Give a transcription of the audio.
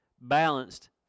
balanced